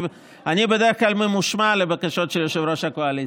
אני בדרך כלל ממושמע לבקשות של יושב-ראש הקואליציה.